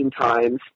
times